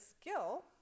skill